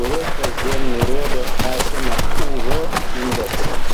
kurie kasdien nurodo esamą uv indeksą